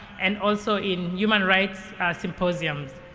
and also in human rights symposiums.